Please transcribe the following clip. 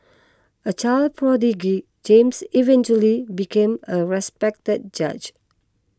a child prodigy James eventually became a respected judge